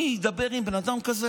אני אדבר עם בן אדם כזה?